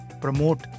promote